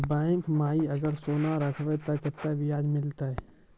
Bank माई अगर सोना राखबै ते कतो ब्याज मिलाते?